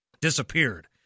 disappeared